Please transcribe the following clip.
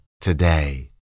Today